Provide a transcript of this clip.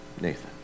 Nathan